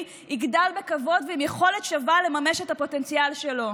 יגדל בכבוד ועם יכולת שווה לממש את הפוטנציאל שלו.